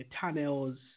tunnels